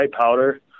powder